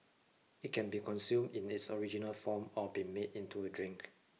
it can be consumed in its original form or be made into a drink